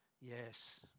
Yes